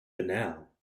banal